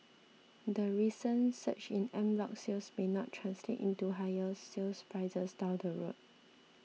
the recent surge in en bloc sales may not translate into higher sale prices down the road